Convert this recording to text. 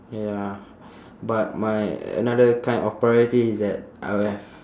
ya but my another kind of priority is that I will have